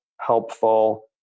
helpful